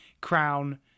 crown